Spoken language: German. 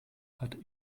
hat